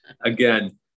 again